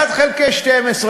1 חלקי 12,